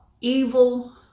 evil